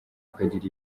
ukagira